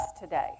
today